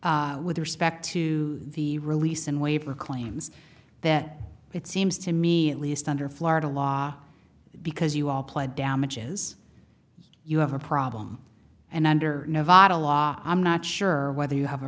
with respect to the release and waiver claims that it seems to me at least under florida law because you all pled damages you have a problem and under nevada law i'm not sure whether you have a